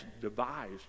devised